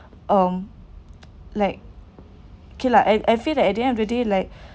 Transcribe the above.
um like okay lah and I I feel like at the end of the day like